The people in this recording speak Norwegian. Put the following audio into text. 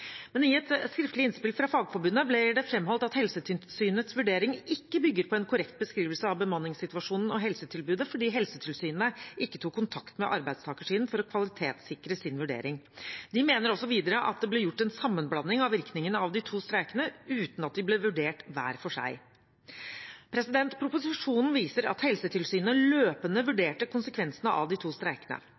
Men i et skriftlig innspill fra Fagforbundet blir det framholdt at Helsetilsynets vurdering ikke bygger på en korrekt beskrivelse av bemanningssituasjonen og helsetilbudet, fordi Helsetilsynet ikke tok kontakt med arbeidstakersiden for å kvalitetssikre sin vurdering. De mener også videre at det ble gjort en sammenblanding av virkningene av de to streikene uten at de ble vurdert hver for seg. Proposisjonen viser at Helsetilsynet løpende vurderte konsekvensene av de to streikene.